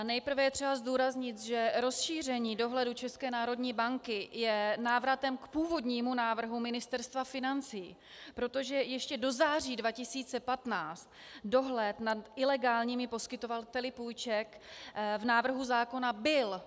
Nejprve je třeba zdůraznit, že rozšíření dohledu České národní banky je návratem k původnímu návrhu Ministerstva financí, protože ještě do září 2015 dohled nad ilegálními poskytovateli půjček v návrhu zákona byl.